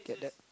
get that